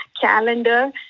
calendar